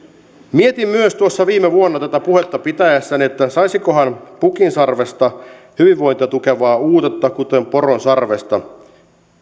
mietin myös tuossa viime vuonna tätä puhetta pitäessäni saisikohan pukinsarvesta hyvinvointia tukevaa uutetta kuten poronsarvesta